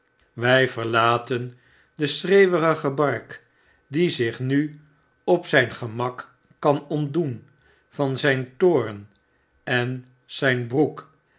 wy verlaten den schreeuwerigen bark die zich nu op zijn gemak kan ontdoen van zijn toorn en zyn broek